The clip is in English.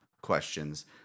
questions